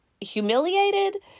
humiliated